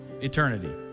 eternity